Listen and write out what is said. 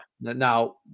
Now